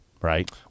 right